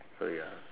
so ya